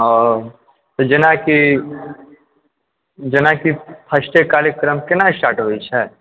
आ तऽ जेनाकि जेनाकि फर्स्टे कार्यक्रम केना स्टार्ट होइछै